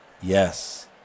yes